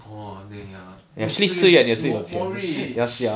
orh then ya no si yuan is more more rich